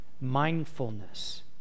mindfulness